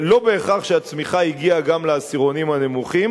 לא בהכרח הצמיחה הגיעה גם לעשירונים הנמוכים.